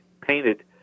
painted